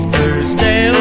Thursday